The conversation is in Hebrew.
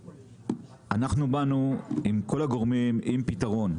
באנו כל הגורמים עם פתרון.